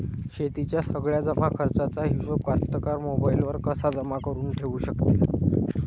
शेतीच्या सगळ्या जमाखर्चाचा हिशोब कास्तकार मोबाईलवर कसा जमा करुन ठेऊ शकते?